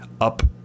up